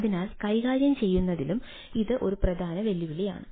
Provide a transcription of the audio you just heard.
അതിനാൽ കൈകാര്യം ചെയ്യുന്നതിലും ഇത് ഒരു പ്രധാന വെല്ലുവിളിയാണ്